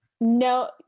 no